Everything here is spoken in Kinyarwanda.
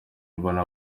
ubona